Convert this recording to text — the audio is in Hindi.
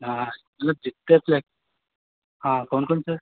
हाँ मतलब जितने प्लेक हाँ कौन कौन से